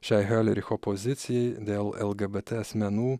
šiai hiolericho pozicijai dėl lgbt asmenų